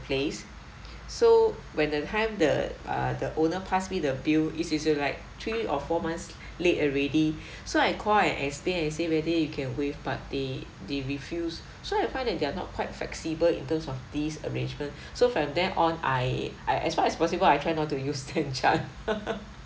place so when the time the err the owner pass me the bill is is uh like three or four months late already so I call and explain and say whether you can waive but they they refuse so I find that they are not quite flexible in terms of these arrangement so from then on I I as far as possible I try not to use stan chart